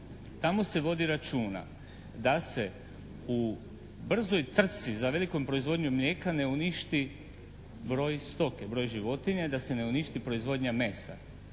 Tamo se vodi računa da se u brzoj trci za velikom proizvodnjom mlijeka ne uništi broj stoke, broj životinja i da se ne uništi proizvodnja mesa.